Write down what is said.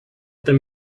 them